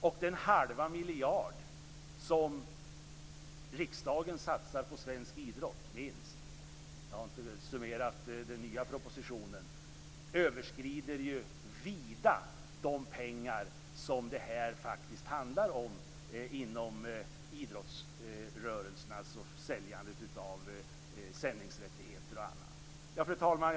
Den minst halva miljard som riksdagen satsar på svensk idrott - jag har inte summerat den nya propositionen - överskrider vida de pengar som det här handlar om för idrottsrörelsen, dvs. pengar från försäljning av sändningsrättigheter och annat. Fru talman!